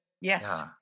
Yes